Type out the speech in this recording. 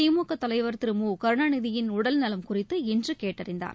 திமுகதலைவர் திரு மு கருணாநிதியின் உடல்நலம் குறித்து இன்றுகேட்டறிந்தார்